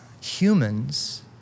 humans